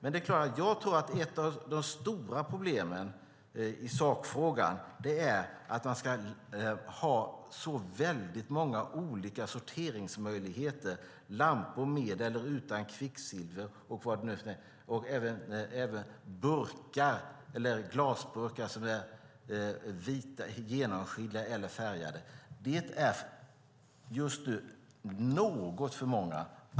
Ett av de stora problemen i sakfrågan tror jag alltså är att det finns så många olika sorteringsmöjligheter - lampor med eller utan kvicksilver, genomskinliga eller färgade glasburkar och så vidare. Det är lite för många.